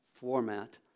format